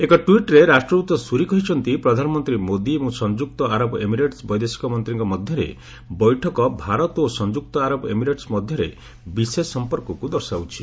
ଏକ ଟ୍ୱିଟ୍ରେ ରାଷ୍ଟ୍ରଦୃତ ସୁରି କହିଛନ୍ତି ପ୍ରଧାନମନ୍ତ୍ରୀ ମୋଦି ଏବଂ ସଂଯୁକ୍ତ ଆରବ ଏମିରେଟ୍ ବୈଦେଶିକ ମନ୍ତ୍ରୀଙ୍କ ମଧ୍ୟରେ ବୈଠକ ଭାରତ ଓ ସଂଯୁକ୍ତ ଆରବ ଏମିରେଟ୍ ମଧ୍ୟରେ ବିଶେଷ ସଂପର୍କକୁ ଦର୍ଶାଉଛି